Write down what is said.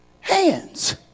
hands